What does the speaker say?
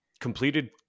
Completed